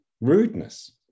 rudeness